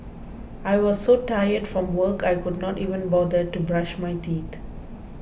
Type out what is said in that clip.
I was so tired from work I could not even bother to brush my teeth